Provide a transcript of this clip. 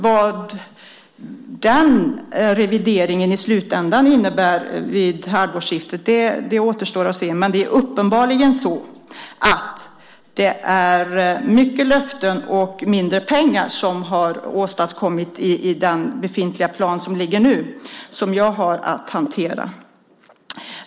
Vad den revideringen i slutändan innebär återstår att se vid halvårsskiftet, men det är uppenbart att många löften och mindre pengar åstadkommits i den befintliga planen, alltså den som nu föreligger och som jag har att hantera.